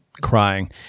crying